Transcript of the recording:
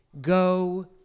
go